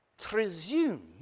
presume